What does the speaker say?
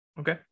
Okay